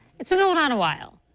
it's been going on a while.